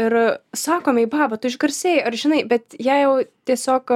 ir sakom jai baba tu išgarsėjai ar žinai bet jai jau tiesiog